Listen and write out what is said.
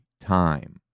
time